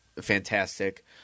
fantastic